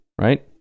right